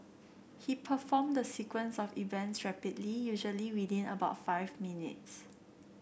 he performed the sequence of events rapidly usually within about five minutes